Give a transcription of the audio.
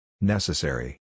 Necessary